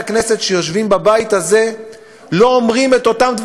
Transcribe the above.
הכנסת שיושבים בבית הזה לא אומרים אותם.